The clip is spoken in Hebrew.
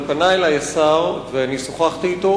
אבל פנה אלי השר ושוחחתי אתו.